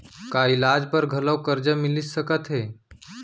का इलाज बर घलव करजा मिलिस सकत हे?